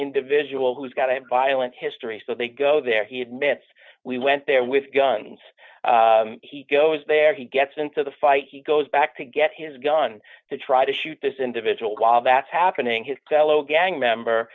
individual who's got a violent history so they go there he admits we went there with guns he goes there he gets into the fight he goes back to get his gun to try to shoot this individual while that's happening his fellow gang member